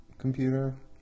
Computer